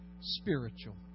spiritual